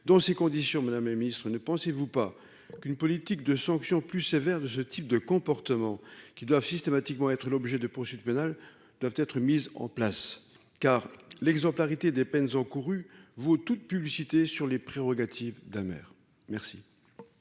dans ces conditions, madame Ministre ne pensez-vous pas qu'une politique de sanctions plus sévères de ce type de comportement qui doivent systématiquement être l'objet de poursuites pénales doivent être mises en place, car l'exemplarité des peines encourues vous toute publicité sur les prérogatives d'maire merci.